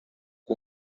que